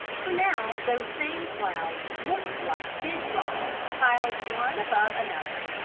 for now those same clouds looked like big rocks piled one above another,